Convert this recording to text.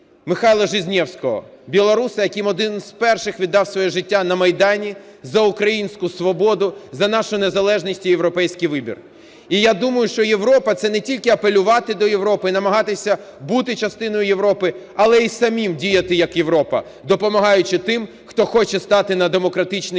Михайла Жизневського, білоруса, який одним з перших віддав своє життя на Майдані за українську свободу, за нашу незалежність і європейський вибір. І я думаю, що Європа – це не тільки апелювати до Європи і намагатися бути частиною Європи, але і самим діяти як Європа, допомагаючи тим, хто хоче стати на демократичний